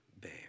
bear